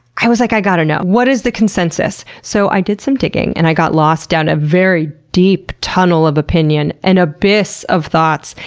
i was like, i gotta know. what is the consensus? so i did some digging and got lost down a very deep tunnel of opinion, an abyss of thoughts,